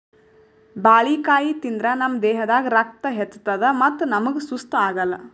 ಬಾಳಿಕಾಯಿ ತಿಂದ್ರ್ ನಮ್ ದೇಹದಾಗ್ ರಕ್ತ ಹೆಚ್ಚತದ್ ಮತ್ತ್ ನಮ್ಗ್ ಸುಸ್ತ್ ಆಗಲ್